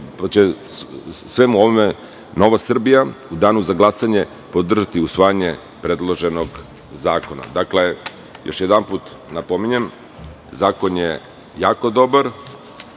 pa će Nova Srbija u danu za glasanje podržati usvajanje predloženog zakona. Dakle, još jedanput napominjem Zakon je jako dobar.